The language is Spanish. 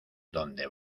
donde